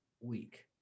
week